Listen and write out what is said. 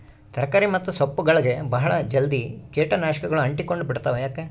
ತರಕಾರಿ ಮತ್ತು ಸೊಪ್ಪುಗಳಗೆ ಬಹಳ ಜಲ್ದಿ ಕೇಟ ನಾಶಕಗಳು ಅಂಟಿಕೊಂಡ ಬಿಡ್ತವಾ ಯಾಕೆ?